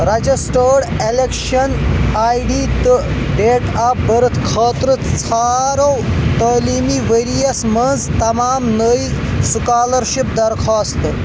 registered application I D تہٕ date of birth خٲطرٕ ژھارو تعلیٖمی ؤرۍ یس منٛز تمام نٲۍ سُکالرشپ درخواستہٕ